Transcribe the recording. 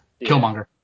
Killmonger